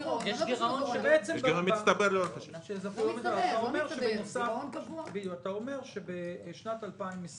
אם היה תקציב 2020, אתה אומר שבשנת 2020